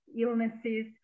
illnesses